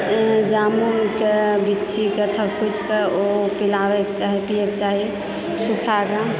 जामुनके बिच्चीके थकुचि कए पिलावेके चाही पिएके चाही सूखा कए